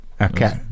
Okay